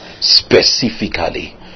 specifically